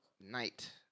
night